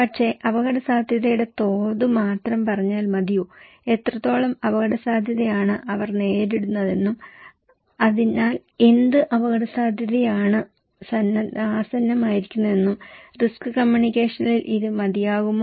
പക്ഷേ അപകടസാധ്യതയുടെ തോത് മാത്രം പറഞ്ഞാൽ മതിയോ എത്രത്തോളം അപകടസാധ്യതയാണ് അവർ നേരിടുന്നതെന്നും അതിൽ എന്ത് അപകടസാധ്യതയാണ് ആസന്നമായിരിക്കുന്നതെന്നും റിസ്ക് കമ്മ്യൂണിക്കേഷനിൽ ഇത് മതിയാകുമോ